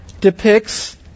depicts